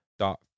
dot